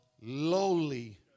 lowly